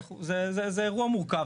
זה אירוע מורכב.